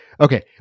Okay